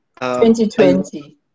2020